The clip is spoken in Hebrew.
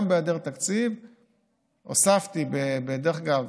גם בהיעדר תקציב הוספתי, דרך אגב,